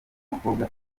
mukobwa